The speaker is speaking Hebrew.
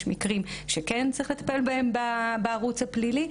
מקרים שכן צריך לטפל בהם בערוץ הפלילי,